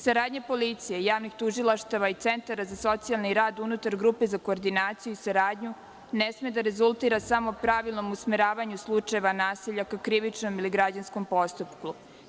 Saradnja policije i javnih tužilaštava i centara za socijalni rad unutar grupe za koordinaciju i saradnju ne sme da rezultira samo pravilnom usmeravanju slučajeva nasilja ka krivičnom ili građanskom postupku.